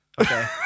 okay